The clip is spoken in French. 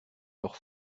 leurs